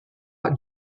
bat